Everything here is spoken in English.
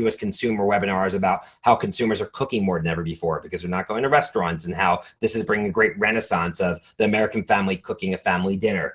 us consumer webinars, about how consumers are cooking more than ever before because they're not going to restaurants and how this is bringing a great renaissance of the american family cooking a family dinner.